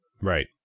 Right